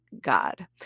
God